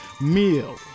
meal